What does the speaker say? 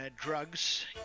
drugs